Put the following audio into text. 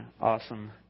awesome